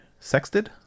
sexted